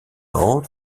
ans